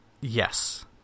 Yes